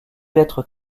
lettres